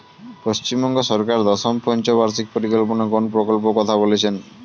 পশ্চিমবঙ্গ সরকার দশম পঞ্চ বার্ষিক পরিকল্পনা কোন প্রকল্প কথা বলেছেন?